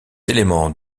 éléments